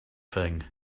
thing